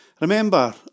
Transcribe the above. Remember